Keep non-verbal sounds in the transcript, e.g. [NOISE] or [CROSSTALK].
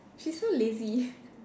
she's so lazy [LAUGHS]